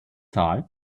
zahl